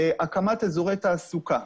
הקמת אזורי תעסוקה.